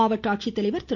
மாவட்ட ஆட்சித்தலைவர் திரு